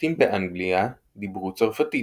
השליטים באנגליה דיברו צרפתית,